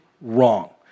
wrong